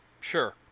sure